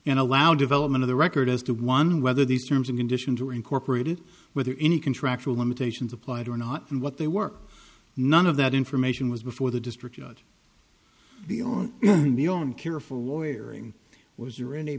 and allow development of the record as the one whether these terms and conditions were incorporated whether any contractual limitations applied or not and what they were none of that information was before the district judge the or i'm careful lawyer was there any